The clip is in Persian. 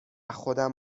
خودم